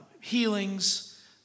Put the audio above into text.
healings